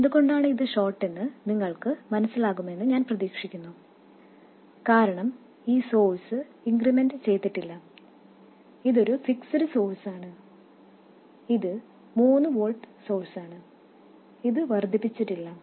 എന്തുകൊണ്ടാണ് ഇത് ഷോർട്ടെന്ന് നിങ്ങൾക്ക് മനസിലാകുമെന്ന് ഞാൻ പ്രതീക്ഷിക്കുന്നു കാരണം ഈ സോഴ്സ് ഇൻക്രിമെന്റ് ചെയ്തിട്ടില്ല ഇത് ഒരു ഫിക്സ്ഡ് സൊഴ്സാണ് ഇത് 3 വോൾട്ട് സൊഴ്സാണ് ഇത് വർദ്ധിപ്പിച്ചിട്ടില്ല